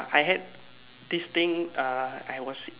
I had this thing ah I was